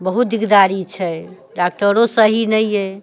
बहुत दिकदारी छै डाक्टरो सही नहि अहि